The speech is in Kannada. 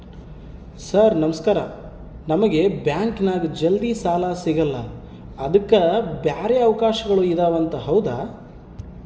ಸರ್ ನಮಸ್ಕಾರ ನಮಗೆ ಬ್ಯಾಂಕಿನ್ಯಾಗ ಜಲ್ದಿ ಸಾಲ ಸಿಗಲ್ಲ ಅದಕ್ಕ ಬ್ಯಾರೆ ಅವಕಾಶಗಳು ಇದವಂತ ಹೌದಾ?